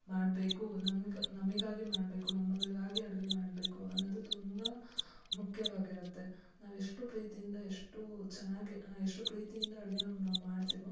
ಮಾಡಬೇಕು ನಮ್ಗೆ ನಮಗಾಗಿ ಮಾಡಬೇಕು ನಮ್ಮವರಿಗಾಗಿ ಅಡುಗೆ ಮಾಡಬೇಕು ಅನ್ನೊದು ತುಂಬ ಮುಖ್ಯವಾಗಿರುತ್ತೆ ನಾವು ಎಷ್ಟು ಪ್ರೀತಿಯಿಂದ ಎಷ್ಟು ಚೆನ್ನಾಗೆ ಎಷ್ಟು ಪ್ರೀತಿಯಿಂದ ಅಡುಗೇನ ನಾವು ಮಾಡ್ತಿವೋ